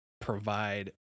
provide